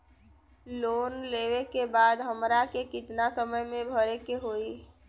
Loan लेवे के बाद हमरा के कितना समय मे भरे के होई?